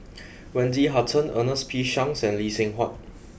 Wendy Hutton Ernest P Shanks and Lee Seng Huat